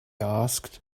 asked